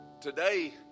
today